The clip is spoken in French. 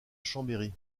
chambéry